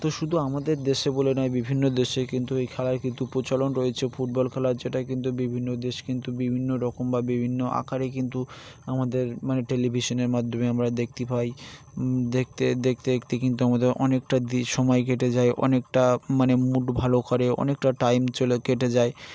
তো শুধু আমাদের দেশে বলে নেয় বিভিন্ন দেশে কিন্তু এই খেলার কিন্তু প্রচলন রয়েছে ফুটবল খেলার যেটা কিন্তু বিভিন্ন দেশ কিন্তু বিভিন্ন রকম বা বিভিন্ন আকারে কিন্তু আমাদের মানে টেলিভিশনের মাধ্যমে আমরা দেখতে পাই দেখতে দেখতে দেখতে কিন্তু আমাদের অনেকটা দ সময় কেটে যায় অনেকটা মানে মুড ভালো করে অনেকটা টাইম চলে কেটে যায়